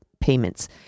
payments